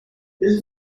four